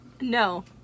No